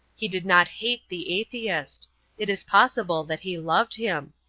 he did not hate the atheist it is possible that he loved him.